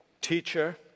teacher